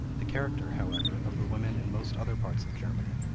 the character, however, of the women in most other parts of germany,